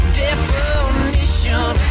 definition